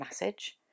message